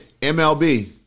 MLB